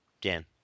Dan